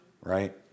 right